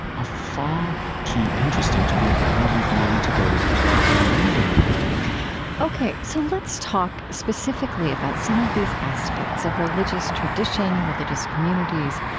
ah far too interesting to be abandoned merely to those who believe in them ok. so let's talk specifically about some of these aspects of religious tradition, religious communities,